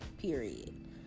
period